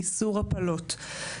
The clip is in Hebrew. איסור הפלות,